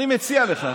אני מציע לך.